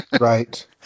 Right